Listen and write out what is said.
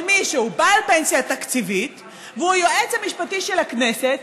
מי שהוא בעל פנסיה תקציבית והוא היועץ המשפטי של הכנסת,